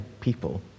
people